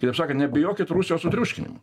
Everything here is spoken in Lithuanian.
ir neabejokit rusijos triuškinimu